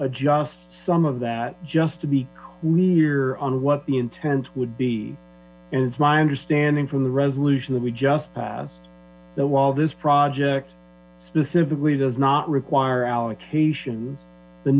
adjust some of that just to be we're on what the intent would be and it's my understanding from the resolution that we just passed that while this project specifically does not require allocate the